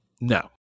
No